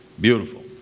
Beautiful